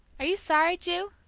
are you sorry, ju?